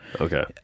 Okay